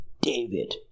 David